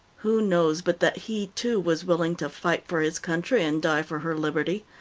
who knows but that he, too, was willing to fight for his country and die for her liberty,